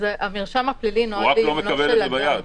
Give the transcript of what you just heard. הוא רק לא מקבל את זה ביד.